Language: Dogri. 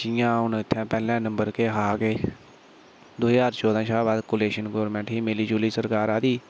जि'यां हुन इत्थे केह् हा दो ज्हार चौदां शा कोलीशन गोरमैंट ही मिली जूली सरकार आई दी ही